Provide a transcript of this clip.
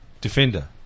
Defender